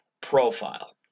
profile